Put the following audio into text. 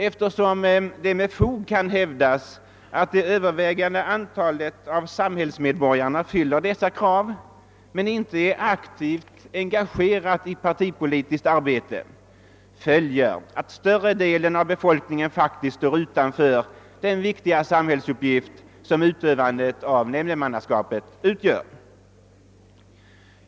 Eftersom det med fog kan hävdas att det övervägande antalet samhällsmedborgare fyller dessa krav men inte är aktivt engagerade i partipolitiskt arbete följer härav att större delen av befolkningen faktiskt står utanför den viktiga samhällsuppgift som utövandet av nämndemannaskapet utgör.